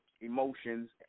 emotions